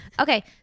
Okay